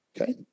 Okay